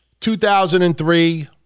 2003